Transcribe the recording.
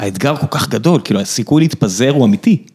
האתגר כל כך גדול, כאילו הסיכוי להתפזר הוא אמיתי.